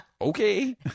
okay